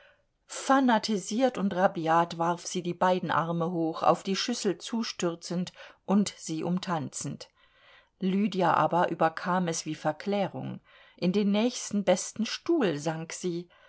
fanatisiert und rabiat warf sie die beiden arme hoch auf die schüssel zustürzend und sie umtanzend lydia aber überkam es wie verklärung in den nächsten besten stuhl sank sie